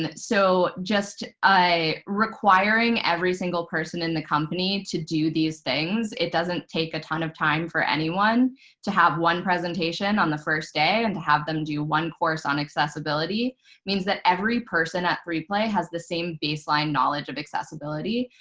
so just requiring every single person in the company to do these things, it doesn't take a ton of time for anyone to have one presentation on the first day and to have them do one course on accessibility means that every person at three play has the same baseline knowledge of accessibility.